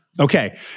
Okay